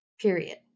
period